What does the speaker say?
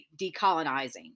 decolonizing